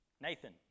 Nathan